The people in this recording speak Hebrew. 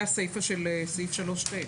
הסיפה של סעיף 3ט,